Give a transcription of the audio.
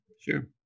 sure